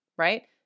right